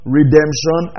Redemption